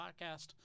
podcast